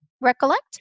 Recollect